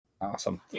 Awesome